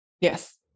Yes